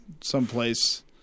someplace